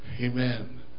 Amen